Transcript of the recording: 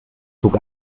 zog